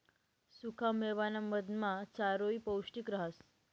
सुखा मेवाना मधमा चारोयी पौष्टिक रहास